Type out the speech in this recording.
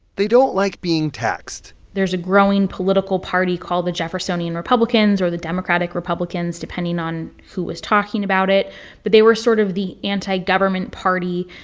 they don't like being taxed there's a growing political party called the jeffersonian republicans, or the democratic republicans, depending on who was talking about it. but they were sort of the anti-government party.